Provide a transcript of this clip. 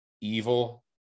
evil